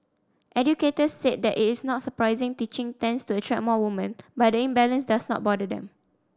educators said that it is not surprising teaching tends to attract more women but the imbalance does not bother them